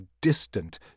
distant